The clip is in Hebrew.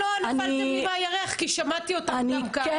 בכלל לא נפלתם לי מן הירח כי שמעתי אתכם גם כאן.